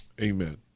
Amen